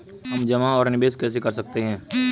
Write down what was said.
हम जमा और निवेश कैसे कर सकते हैं?